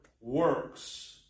works